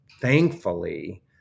thankfully